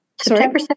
September